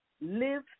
live